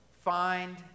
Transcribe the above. find